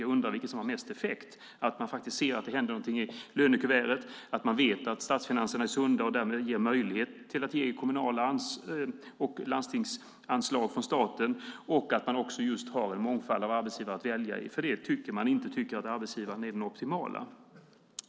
Jag undrar vilket som har mest effekt - att man faktiskt ser att det händer något i lönekuvertet, att man vet att statsfinanserna är sunda och därmed ger möjlighet till kommunal och landstingsanslag från staten och att man har en mångfald av arbetsgivare att välja mellan i händelse av att man inte tycker att arbetsgivaren är den optimala.